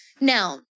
Now